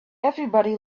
everybody